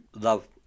love